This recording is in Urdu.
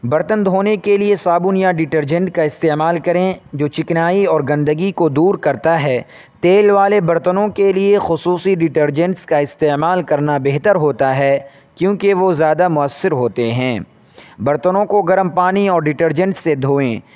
برتن دھونے کے لیے صابن یا ڈیٹرجنٹ کا استعمال کریں جو چکنائی اور گندگی کو دور کرتا ہے تیل والے برتنوں کے لیے خصوصی ڈیٹرجنٹس کا استعمال کرنا بہتر ہوتا ہے کیونکہ وہ زیادہ مؤثر ہوتے ہیں برتنوں کو گرم پانی اور ڈیٹرجنٹ سے دھوئیں